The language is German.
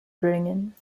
bringen